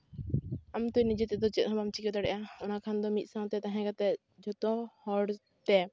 ᱟᱢ ᱛᱮ ᱱᱤᱡᱮ ᱛᱮᱫᱚ ᱪᱮᱫ ᱦᱚᱸ ᱵᱟᱢ ᱪᱮᱠᱟ ᱫᱟᱲᱮᱭᱟᱜᱼᱟ ᱚᱱᱟ ᱠᱷᱟᱱ ᱫᱚ ᱢᱤᱫ ᱥᱟᱶᱛᱮ ᱛᱟᱦᱮᱸ ᱠᱟᱛᱮ ᱡᱷᱚᱛᱚ ᱦᱚᱲ ᱛᱮ